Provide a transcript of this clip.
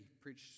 preached